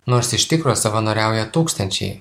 nors iš tikro savanoriauja tūkstančiai